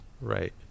right